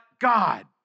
God